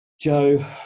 Joe